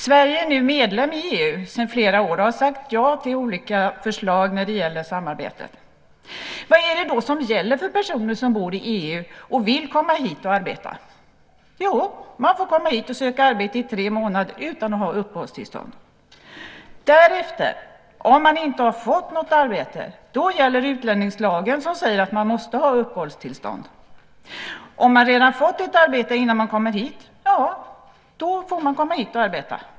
Sverige är nu medlem i EU sedan flera år och har sagt ja till olika förslag när det gäller samarbetet. Vad är det då som gäller för personer som bor i EU och vill komma hit och arbeta? Jo, man får komma hit och söka arbete i tre månader utan att ha uppehållstillstånd. Om man inte fått något arbete gäller därefter utlänningslagen som säger att man måste ha uppehållstillstånd. Om man redan fått ett arbete innan man kommer hit är det bara att komma och arbeta.